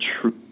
truth